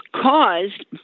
caused